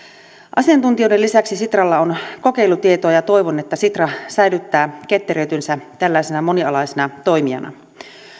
asiantuntijoiden lisäksi sitralla on kokeilutietoa ja toivon että sitra säilyttää ketteryytensä tällaisena monialaisena toimijana